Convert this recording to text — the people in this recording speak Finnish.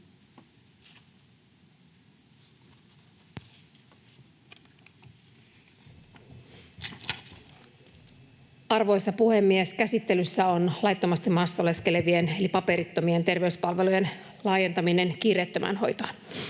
Arvoisa puhemies! Käsittelyssä on laittomasti maassa oleskelevien eli paperittomien terveyspalvelujen laajentaminen kiireettömään hoitoon.